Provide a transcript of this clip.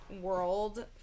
world